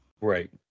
right